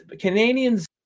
Canadians